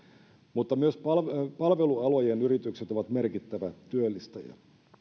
mutta myös palvelualojen palvelualojen yritykset ovat merkittävä työllistäjä